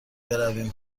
برویم